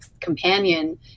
companion